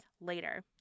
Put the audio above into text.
later